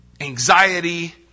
anxiety